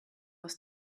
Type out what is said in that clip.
was